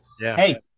hey